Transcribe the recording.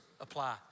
apply